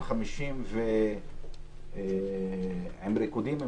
בהשתתפות 250 אנשים, עם ריקודים?